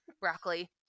Broccoli